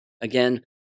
Again